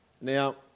Now